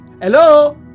Hello